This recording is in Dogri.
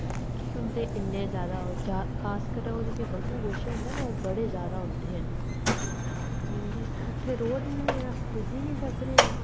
कि उं'दे इन्ने जादा खासकर ओह् जेह्के बग्गू गोशे होंदे ना ओह् बड़े जादा होंदे न ते उत्थें रोड़ निं ऐ अस पुज्जी निं सकनेआं